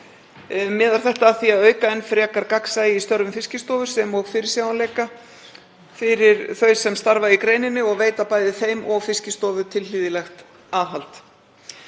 Miðar það að því að auka enn frekar gagnsæi í störfum Fiskistofu sem og fyrirsjáanleika fyrir þau sem starfa í greininni og veita bæði þeim og Fiskistofu tilhlýðilegt aðhald.